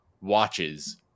watches